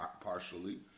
partially